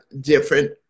different